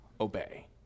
obey